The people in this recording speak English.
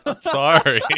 Sorry